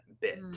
bit